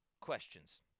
questions